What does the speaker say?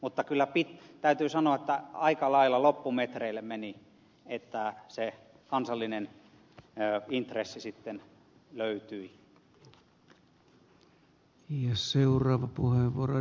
mutta kyllä täytyy sanoa että aika lailla loppumetreille meni että se kansallinen intressi sitten löytyi